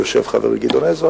ויושב חברי גדעון עזרא,